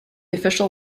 official